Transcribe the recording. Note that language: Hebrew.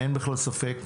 אין בכלל ספק,